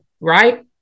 right